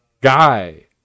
guy